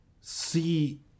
see